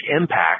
impact